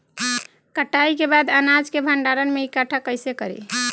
कटाई के बाद अनाज के भंडारण में इकठ्ठा कइसे करी?